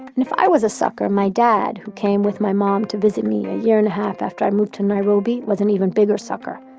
and if i was a sucker, my dad, who came, with my mom, to visit me a year and a half after i moved to nairobi, was an even bigger sucker.